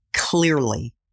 clearly